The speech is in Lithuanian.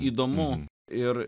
įdomu ir